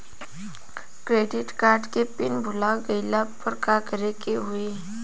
Credit card के PIN भूल गईला पर का करे के होई?